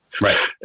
Right